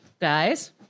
Guys